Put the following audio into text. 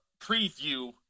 preview